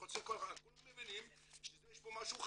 כולם מבינים שיש פה משהו חדש,